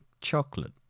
chocolate